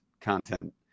content